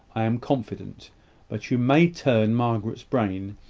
i am confident but you may turn margaret's brain,